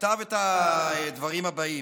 כתב את הדברים הבאים: